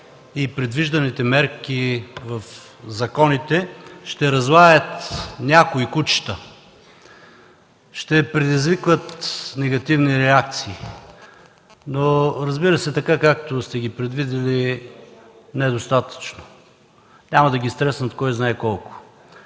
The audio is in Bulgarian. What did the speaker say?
и предвижданите мерки в законите ще разлаят някои кучета, ще предизвикат негативни реакции. Разбира се, така, както сте ги предвидили, те са недостатъчни, няма да ги стреснат кой знае колко.